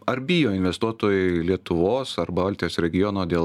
ar bijo investuotojai lietuvos ar baltijos regiono dėl